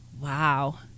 wow